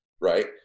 right